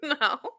no